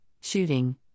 shooting